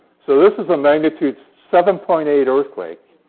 so this is a magnitude seven point eight earthquake,